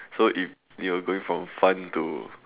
so if you are going from a fun to